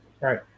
Right